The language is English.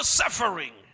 suffering